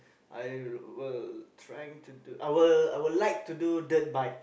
I will trying to do I will I will like to do dirt bike